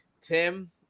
Tim